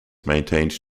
maintained